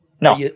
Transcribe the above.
No